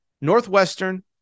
Northwestern